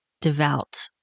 devout